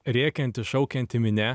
rėkianti šaukianti minia